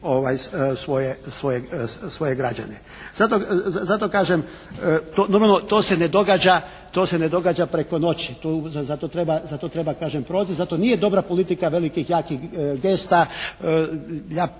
svoje građane. Zato kažem normalno to se ne događa preko noći, za to treba kažem proces, zato nije dobra politika velikih jakih gesta.